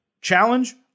Challenge